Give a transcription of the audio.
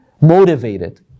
motivated